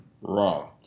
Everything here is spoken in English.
Wrong